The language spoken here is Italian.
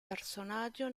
personaggio